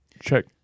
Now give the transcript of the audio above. check